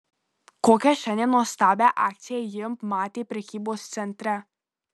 kokią šiandien nuostabią akciją ji matė prekybos centre